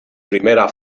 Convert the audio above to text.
primera